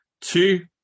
two